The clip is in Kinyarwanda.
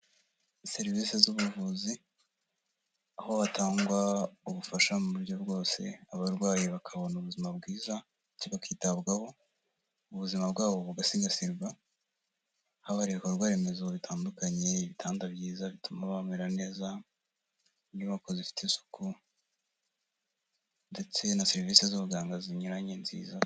Serivisi z'ubuvuzi aho hatangwa ubufasha mu buryo bwose abarwayi bakabona ubuzima bwiza ndetse bakitabwaho ubuzima bwabo bugasigasirwa, haba ibikorwa remezo bitandukanye ibitanda byiza bituma bamera neza inyubako zifite isuku ndetse na serivisi z'ubuganga zinyuranye nziza.